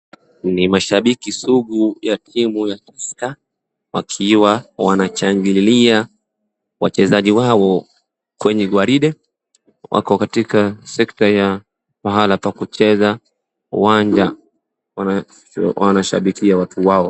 Ni mashabiki sugu ya timu ya Tusker wakiwa wanashangililia wachezaji wao kwenye gwaride. Wako katika sector ya mahala pa kucheza uwanja, wanashabikia watu wao.